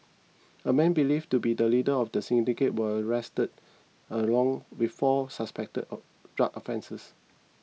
a man believed to be the leader of the syndicate was arrested along with four suspected drug offenders